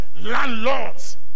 landlords